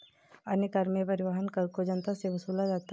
अन्य कर में परिवहन कर को जनता से वसूला जाता है